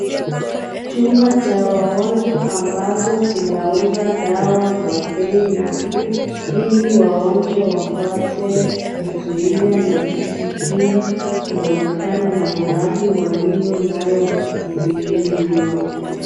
Chumba cha wagonjwa ambazo kinauza dawa kwa bei nafuu Ili wagonjwa wapate kuzuia na kujikinga kutokana na maradhi waliyo nayo mwilini mwao.